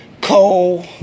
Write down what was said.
Cole